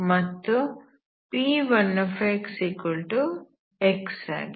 ಮತ್ತು P1xx ಆಗಿದೆ